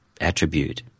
attribute